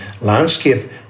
landscape